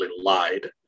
lied